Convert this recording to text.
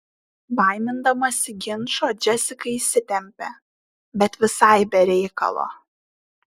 baimindamasi ginčo džesika įsitempė bet visai be reikalo